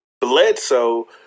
Bledsoe